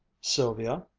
sylvia,